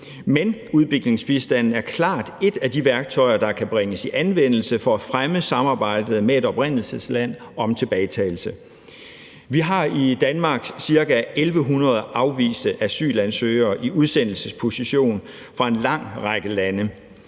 Men udviklingsbistanden er klart et af de værktøjer, der kan bringes i anvendelse for at fremme samarbejdet med et oprindelsesland om tilbagetagelse. Vi har i Danmark cirka 1.100 afviste asylansøgere i udsendelsesposition fra en lang række lande.